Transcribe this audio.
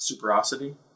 Superosity